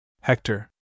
Hector